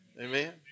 Amen